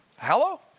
Hello